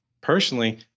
personally